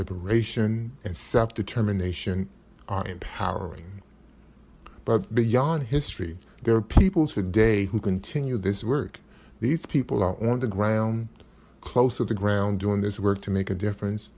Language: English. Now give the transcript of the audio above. liberation and septa terminations are empowering but beyond history there are people today who continue this work these people are on the ground close to the ground doing this work to make a difference